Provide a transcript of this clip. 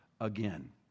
again